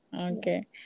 okay